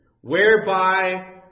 whereby